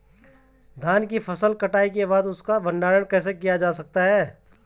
धान की फसल की कटाई के बाद इसका भंडारण कैसे किया जा सकता है?